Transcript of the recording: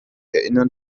erinnern